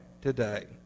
today